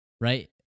right